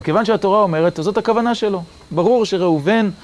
כיוון שהתורה אומרת, זאת הכוונה שלו, ברור שראובן.